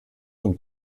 und